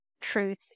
Truth